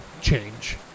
change